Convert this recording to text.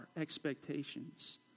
expectations